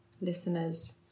listeners